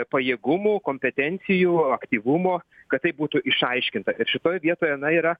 pajėgumų kompetencijų aktyvumo kad tai būtų išaiškinta ir šitoje vietoje na yra